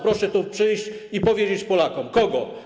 Proszę tu przyjść i powiedzieć Polakom: Kogo?